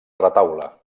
retaule